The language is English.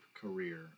career